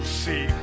see